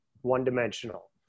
one-dimensional